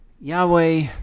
Yahweh